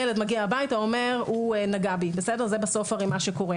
ילד מגיע הביתה, אומר הוא נגע בי, זה מה שקורה.